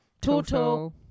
Toto